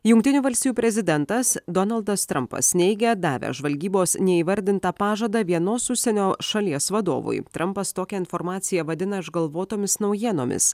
jungtinių valstijų prezidentas donaldas trampas neigia davęs žvalgybos neįvardintą pažadą vienos užsienio šalies vadovui trampas tokią informaciją vadina išgalvotomis naujienomis